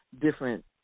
different